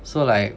so like